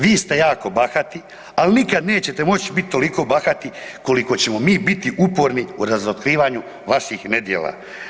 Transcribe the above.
Vi ste jako bahati, ali nikad nećete moći biti toliko bahati koliko ćemo mi biti uporni u razotkrivanju vaših nedjelja.